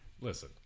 listen